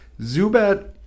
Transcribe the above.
Zubat